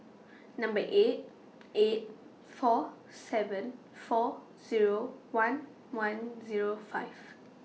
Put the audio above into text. Number eight eight four seven four Zero one one Zero five